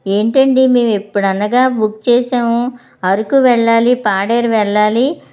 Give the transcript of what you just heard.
ఏంటండి మేము ఎప్పుడనగా బుక్ చేశాము అరకు వెళ్ళాలి పాడేరు వెళ్ళాలి